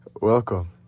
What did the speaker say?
welcome